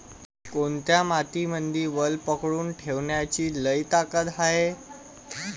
कोनत्या मातीमंदी वल पकडून ठेवण्याची लई ताकद हाये?